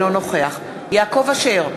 אינו נוכח יעקב אשר,